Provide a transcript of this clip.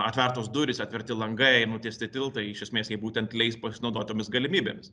atvertos durys atverti langai nutiesti tiltai iš esmės jie būtent leis pasinaudot tomis galimybėmis